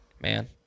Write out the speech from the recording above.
man